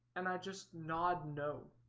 and i just nod no,